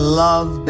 love